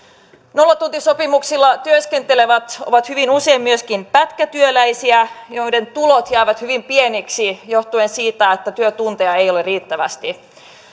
nollatuntisopimuksilla työskentelevät ovat hyvin usein myöskin pätkätyöläisiä joiden tulot jäävät hyvin pieniksi johtuen siitä että työtunteja ei ole riittävästi